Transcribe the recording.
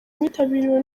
witabiriwe